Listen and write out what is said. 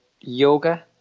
yoga